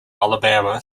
alabama